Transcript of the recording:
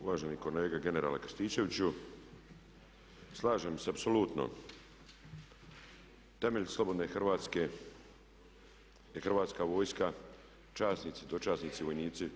Uvaženi kolega generale Krstičeviću slažem se apsolutno, temelj slobodne Hrvatske je Hrvatska vojska, časnici, dočasnici, vojnici